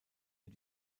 mit